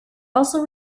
also